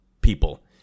people